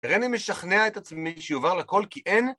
הרי אני משכנע את עצמי שיובהר לכל כי אין